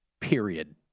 Period